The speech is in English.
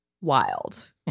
wild